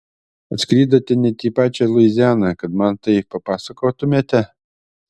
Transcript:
atskridote net į pačią luizianą kad man tai papasakotumėte